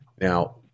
Now